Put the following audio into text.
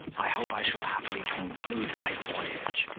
i hope i shall happily conclude my voyage,